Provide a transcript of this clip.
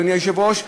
אדוני היושב-ראש?